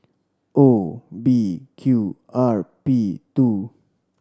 O B Q R P two